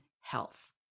health